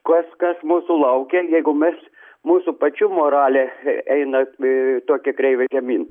kas kas mūsų laukia jeigu mes mūsų pačių moralė einat į tokią kreivę žemyn